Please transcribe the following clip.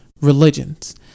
religions